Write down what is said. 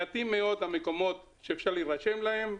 מעטים מאוד המקומות שאפשר להירשם אליהם,